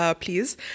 please